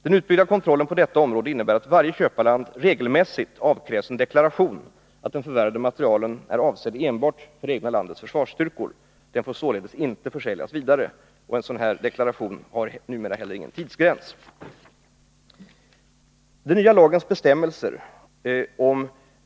Den utbyggda kontrollen på detta område innebär att varje köparland regelmässigt avkrävs en deklaration att den förvärvade materielen är avsedd enbart för det egna landets försvarsstyrkor. Den får således inte försäljas vidare. Någon tidsgräns för denna försäkran finns inte längre. Det förhållandet att vi endast godtar statlig myndighet eller av staten auktoriserad vapenimportör som köpare av svensk krigsmateriel jämte det nu nämnda slutförbrukningsintyget utgör medel för att förhindra vidareförsäljning av från Sverige importerad materiel.